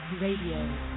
Radio